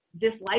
dislike